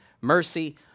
mercy